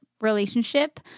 relationship